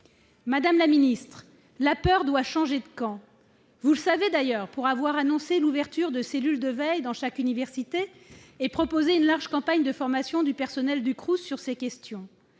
madame la ministre ! Vous le savez d'ailleurs, pour avoir annoncé l'ouverture de cellules de veille dans chaque université et proposé une large campagne de formation du personnel des Crous sur ces questions.